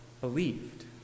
believed